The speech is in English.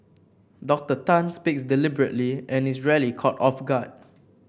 Doctor Tan speaks deliberately and is rarely caught off guard